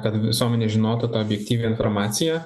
kad visuomenė žinotų tą objektyvią informaciją